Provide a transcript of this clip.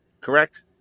Correct